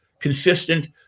consistent